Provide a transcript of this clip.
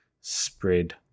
spread